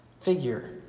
figure